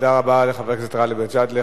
תודה רבה לחבר הכנסת גאלב מג'אדלה.